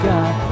God